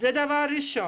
זה הדבר הראשון.